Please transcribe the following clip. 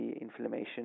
inflammation